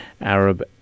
Arab